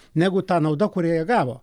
negu ta nauda kurią jie gavo